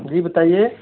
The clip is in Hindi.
जी बताइए